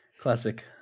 classic